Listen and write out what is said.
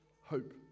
Hope